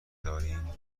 داریم